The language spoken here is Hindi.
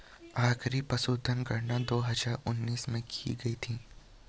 आखिरी पशुधन गणना दो हजार उन्नीस में की गयी थी